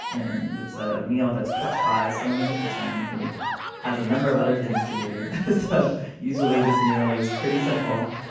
it's a meal that's cooked by someone in the kitchen who has a number of other things to do usually, this meal is pretty simple,